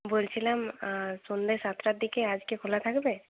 বলছিলাম সন্ধ্যা সাতটার দিকে আজকে খোলা থাকবে